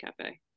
Cafe